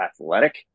athletic